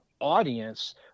audience